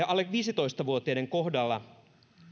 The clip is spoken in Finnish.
alle viisitoista vuotiaiden kohdalla